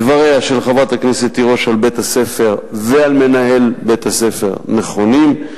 דבריה של חברת הכנסת תירוש על בית-הספר ועל מנהל בית-הספר נכונים.